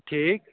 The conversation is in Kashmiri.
ٹھیٖک